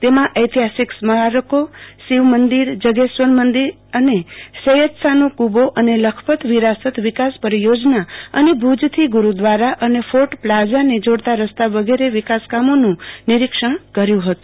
તેમાં એતિહાસિક સ્મારકો શિવમંદિર જગેશ્વર મંદિર અને સૈયદશાનો કબો અને લખપત વિરાસત વિકાસ પરિયોજના અન ભુજથી ગરૂદવારા અને ફોટ પ્લાઝાને જોડતા રસ્તા વગેરે વિકાસકામો ન નિરિક્ષણ કર્યું હતુ